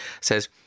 says